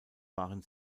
waren